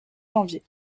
janvier